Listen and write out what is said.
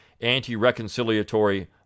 anti-reconciliatory